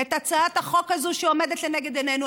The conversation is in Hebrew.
את הצעת החוק הזו שעומדת לנגד עינינו.